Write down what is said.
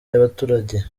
y’abaturage